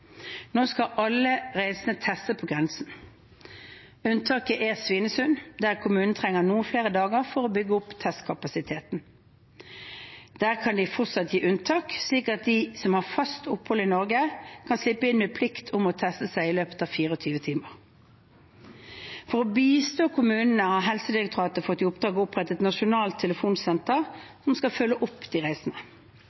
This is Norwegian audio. Nå skal alle reisende testes på grensen. Unntaket er Svinesund, der kommunen trenger noen flere dager for å bygge opp testkapasiteten. Der kan de fortsatt gi unntak, slik at de som har fast opphold i Norge, kan slippe inn med plikt om å teste seg i løpet av 24 timer. For å bistå kommunene har Helsedirektoratet fått i oppdrag å opprette et nasjonalt telefonsenter